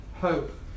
hope